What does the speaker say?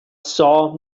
saw